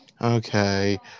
Okay